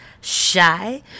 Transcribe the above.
shy